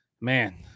man